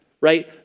Right